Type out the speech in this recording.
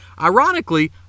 Ironically